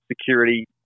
security